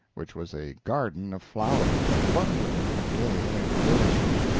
which was a garden of flowers, abundant, gay, and flourishing.